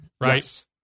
right